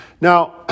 Now